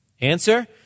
Answer